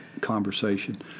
conversation